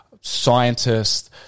scientists